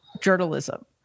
journalism